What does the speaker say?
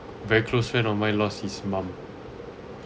very close friend of mine lost his mum